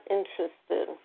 Interested